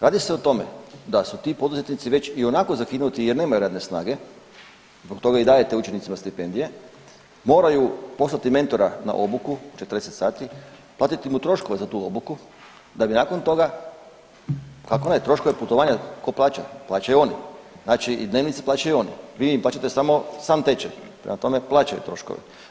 Radi se o tome da su ti poduzetnici već ionako zakinuti jer nemaju radne snage zbog toga i dajete učenicima stipendije, moraju poslati mentora na obuku 40 sati, platiti mu troškove za tu obuku da bi nakon toga, kako ne, troškove putovanja tko plaća, plaćaju oni, znači i dnevnice plaćaju oni, vi im plaćate samo sam tečaj, prema tome plaćaju troškove.